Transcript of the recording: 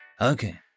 Okay